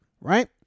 Right